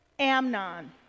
Amnon